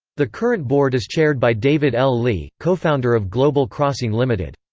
the current board is chaired by david l. lee, co-founder of global crossing ltd.